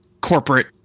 corporate